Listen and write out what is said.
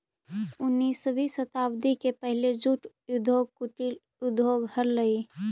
उन्नीसवीं शताब्दी के पहले जूट उद्योग कुटीर उद्योग हलइ